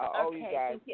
Okay